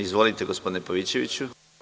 Izvolite gospodine Pavićeviću.